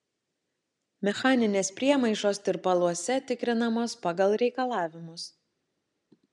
mechaninės priemaišos tirpaluose tikrinamos pagal reikalavimus